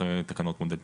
אחרי תקנות מודל תקצוב.